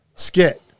Skit